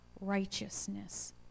righteousness